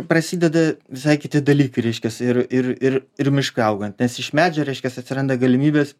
prasideda visai kiti dalykai reiškias ir ir ir ir miškui augant nes iš medžio reiškias atsiranda galimybės